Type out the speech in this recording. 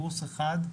קורס אחד,